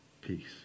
peace